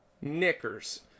Knickers